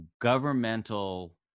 governmental